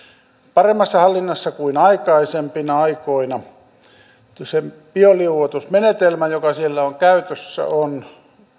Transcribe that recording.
paremmassa hallinnassa kuin aikaisempina aikoina se bioliuotusmenetelmä joka siellä on käytössä on